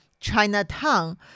chinatown